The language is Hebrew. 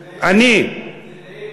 תדייק,